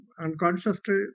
unconsciously